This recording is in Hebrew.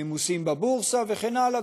ממוסים בבורסה וכן הלאה,